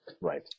right